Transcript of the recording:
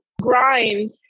grind